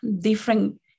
Different